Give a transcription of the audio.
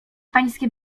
pańskie